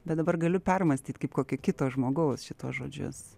bet dabar galiu permąstyt kaip kokio kito žmogaus šituos žodžius